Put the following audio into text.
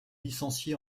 licencié